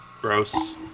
Gross